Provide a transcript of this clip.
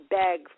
beg